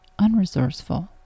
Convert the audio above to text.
unresourceful